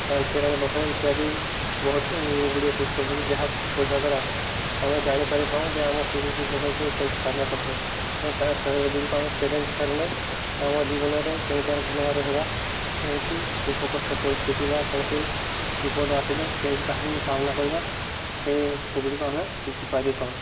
ଝାନ୍ସୀ ରାଣୀ ଲକ୍ଷ୍ମୀବାଇ ଇତ୍ୟାଦି ବହୁତ ଗୁଡ଼ିଏ ପୁସ୍ତକ ଅଛି ଯାହା ପଢ଼ିବା ଦ୍ୱାରା ଆମେ ଜାଣିପାରିଥାଉଁ ଯେ ଆମ ପୂର୍ବ ପୁରୁଷ କେମତି କେମିତି ସାଧନା କରିଥିଲେ ଏବଂ ସେଗୁଡ଼ିକୁ ଆମେ ଚ୍ୟାଲେଞ୍ଜ ନାହିଁ ଆମ ଜୀବନରେ କେମିତି ଭଲ ଭାବରେ ରହିବା କେମିତି ଦୁଃଖ କଷ୍ଟ ପରିସ୍ଥିତି ବା କୌଣସି ବିପଦ ଆସିଲେ କେମିତି ତାହାକୁ ସାମ୍ନା କରିବା ସେ ସେଗୁଡ଼ିକୁ ଆମେ ଶିଖି ପାରିଥାଉଁ